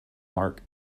mark